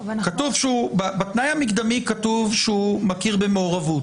בתנאי המקדמי כתוב שהוא מכיר במעורבות,